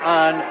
on